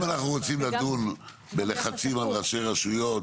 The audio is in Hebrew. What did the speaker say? אם אנחנו רוצים לדון בלחצים על ראשי רשויות,